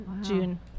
june